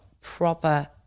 proper